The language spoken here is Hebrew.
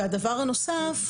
והדבר הנוסף,